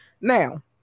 Now